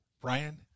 Brian